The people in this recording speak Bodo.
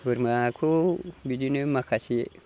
बोरमाखौ बिदिनो माखासे